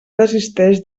desisteix